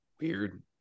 Weird